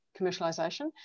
commercialisation